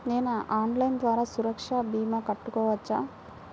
నేను ఆన్లైన్ ద్వారా సురక్ష భీమా కట్టుకోవచ్చా?